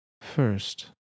First